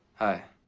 hi.